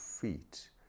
feet